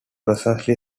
presently